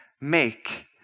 make